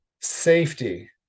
safety